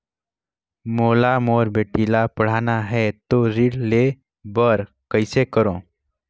मोला मोर बेटी ला पढ़ाना है तो ऋण ले बर कइसे करो